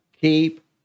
keep